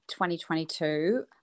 2022